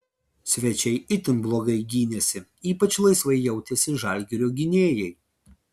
svečiai itin blogai gynėsi ypač laisvai jautėsi žalgirio gynėjai